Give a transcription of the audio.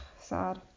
Sad